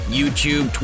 YouTube